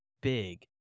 big